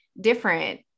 different